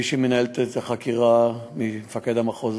מי שמנהלת את החקירה, מפקד המחוז